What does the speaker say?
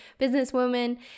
businesswoman